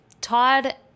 Todd